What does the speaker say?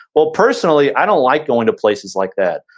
well, personally, i don't like going to places like that.